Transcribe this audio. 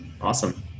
awesome